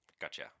Gotcha